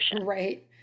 Right